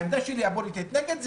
העמדה הפוליטית שלי נגד זה.